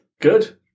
Good